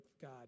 God